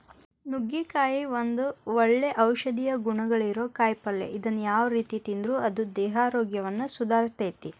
ನುಗ್ಗಿಕಾಯಿ ಒಂದು ಒಳ್ಳೆ ಔಷಧೇಯ ಗುಣಗಳಿರೋ ಕಾಯಿಪಲ್ಲೆ ಇದನ್ನ ಯಾವ ರೇತಿ ತಿಂದ್ರು ಅದು ದೇಹಾರೋಗ್ಯವನ್ನ ಸುಧಾರಸ್ತೆತಿ